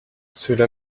cela